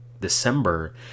December